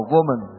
Woman